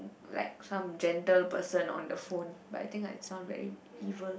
like some gentle person on the phone but I think I sound very evil